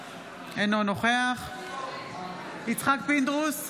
אינו נוכח יצחק פינדרוס,